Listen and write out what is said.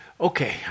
okay